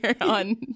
on